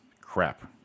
crap